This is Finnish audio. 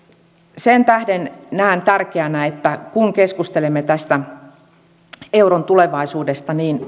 sen tähden näen tärkeänä että kun keskustelemme tästä euron tulevaisuudesta niin